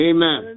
Amen